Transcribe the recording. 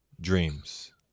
dreams